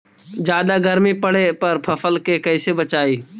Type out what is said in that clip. जादा गर्मी पड़े पर फसल के कैसे बचाई?